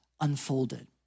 unfolded